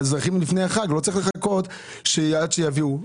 האזרחים לפני החג, לא צריך לחכות עד שיביאו.